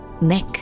neck